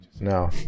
No